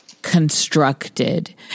constructed